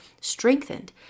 strengthened